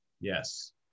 Yes